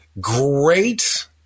Great